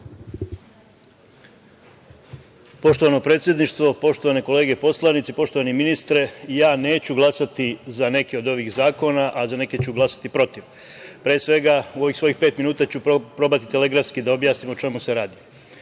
Poštovano predsedništvo, poštovane kolege poslanici, poštovani ministre, ja neću glasati za neke od ovih zakona, a za neke ću glasati protiv. Pre svega, u ovih svojih pet minuta ću probati da objasnim o čemu se radi. Neki